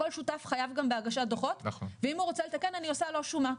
כל שותף חייב גם בהגשת דוחות ואם הוא רוצה לתקן אני עושה לו שומה.